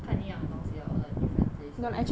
看一样的东西 different places